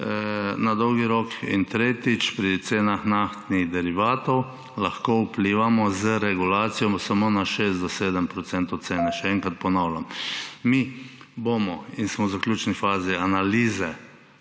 na dolgi rok. In tretjič, pri cenah naftnih derivatov lahko vplivamo z regulacijo samo na 6 do 7 % cene. Še enkrat ponavljam. Mi bomo in smo v zaključni fazi analize